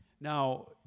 Now